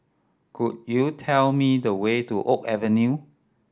could you tell me the way to Oak Avenue